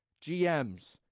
GMs